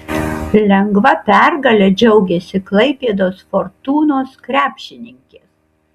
lengva pergale džiaugėsi klaipėdos fortūnos krepšininkės